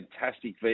fantastic